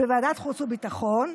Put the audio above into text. בוועדת החוץ והביטחון,